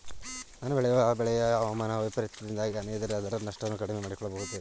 ನಾನು ಬೆಳೆಯುವ ಬೆಳೆಯು ಹವಾಮಾನ ವೈಫರಿತ್ಯದಿಂದಾಗಿ ಹಾನಿಯಾದರೆ ಅದರ ನಷ್ಟವನ್ನು ಕಡಿಮೆ ಮಾಡಿಕೊಳ್ಳುವುದು ಹೇಗೆ?